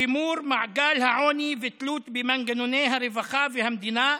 שימור מעגל העוני ותלות במנגנוני הרווחה והמדינה,